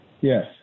Yes